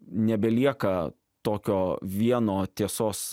nebelieka tokio vieno tiesos